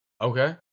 Okay